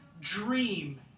dream